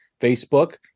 Facebook